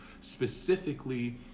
specifically